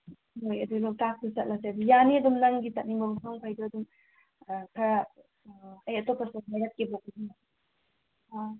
ꯍꯣꯏ ꯑꯗꯨ ꯂꯣꯛꯇꯥꯛꯁꯦ ꯆꯠꯂꯁꯦ ꯌꯥꯅꯤ ꯑꯗꯨꯝ ꯅꯪꯒꯤ ꯆꯠꯅꯤꯡꯕ ꯃꯐꯝ ꯃꯈꯩꯗꯨ ꯑꯗꯨꯝ ꯈꯔ ꯑꯩ ꯑꯇꯣꯞꯄꯁꯨ ꯍꯥꯏꯔꯛꯀꯦꯕ